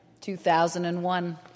2001